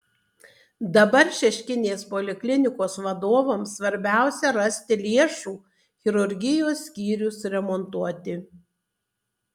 dabar šeškinės poliklinikos vadovams svarbiausia rasti lėšų chirurgijos skyrių suremontuoti